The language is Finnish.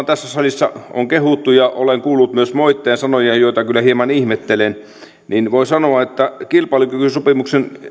tässä salissa kehuttu ja olen kuullut myös moitteen sanoja joita kyllä hieman ihmettelen niin voin sanoa että kilpailukykysopimuksen